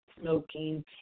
smoking